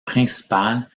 principal